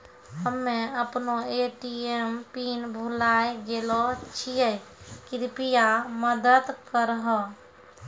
हम्मे अपनो ATM pin भुलाय गेलो छियै, कृपया मदत करहो